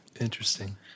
Interesting